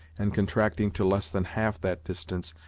and contracting to less than half that distance,